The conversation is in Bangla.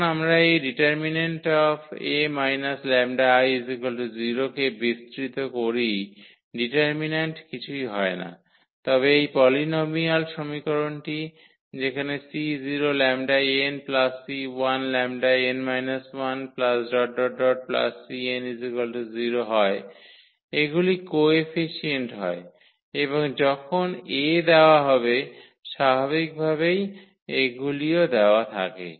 যখন আমরা এই det𝐴 − 𝜆𝐼 0 কে বিস্তৃত করি ডিটারমিন্যান্ট কিছুই হয় না তবে এই পলিনোমিয়াল সমীকরণটি সেখানে 𝑐0𝜆𝑛 𝑐1 𝜆𝑛−1 ⋯ 𝑐𝑛 0 হয় এগুলি কোএফিসিয়েন্ট হয় এবং যখন A দেওয়া হবে স্বাভাবিকভাবে এগুলিও দেওয়া থাকে